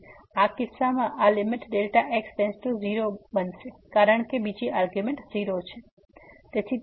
તેથી આ કિસ્સામાં આ Δx→0 આ બનશે કારણ કે બીજી આર્ગ્યુંમેન્ટ 0 છે